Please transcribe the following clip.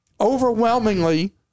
Overwhelmingly